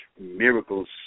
miracles